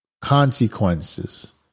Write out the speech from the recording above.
consequences